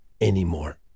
anymore